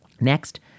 Next